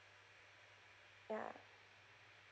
ya